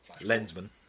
Lensman